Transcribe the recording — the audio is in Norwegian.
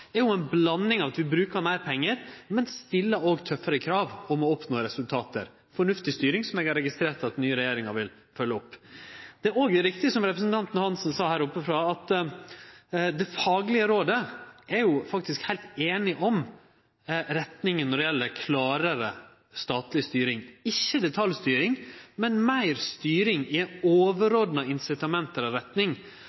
er ei blanding av at vi brukar meir pengar, men òg stiller tøffare krav om å oppnå resultat – fornuftig styring som eg har registrert at den nye regjeringa vil følgje opp. Det er òg riktig, som representanten Hansen sa, at det faglege rådet er faktisk heilt einig om retninga når det gjeld klarare statleg styring – ikkje detaljstyring, men meir styring